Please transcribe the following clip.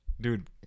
Dude